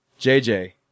JJ